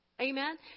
amen